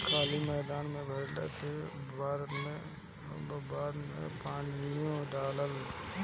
खाली मैदान भइला के बाद ओमे पानीओ डलाला